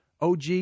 OG